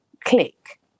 click